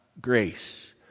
grace